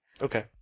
Okay